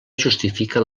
justifica